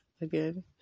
again